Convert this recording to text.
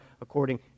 according